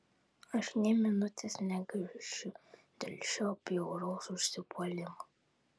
aš nė minutės negaišiu dėl šio bjauraus užsipuolimo